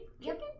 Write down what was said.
chicken